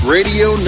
Radio